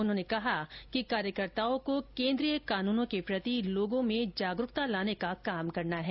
उन्होंने कहा कि कार्यकर्ताओं को केन्द्रीय कानूनों के प्रति लोगों में जागरूकता लाने का कार्य करना है